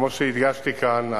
כמו שהדגשתי כאן,